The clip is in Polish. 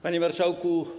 Panie Marszałku!